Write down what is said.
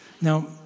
Now